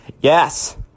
Yes